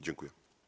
Dziękuję.